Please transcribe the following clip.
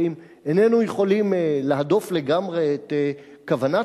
שאם איננו יכולים להדוף לגמרי את כוונת